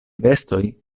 vestoj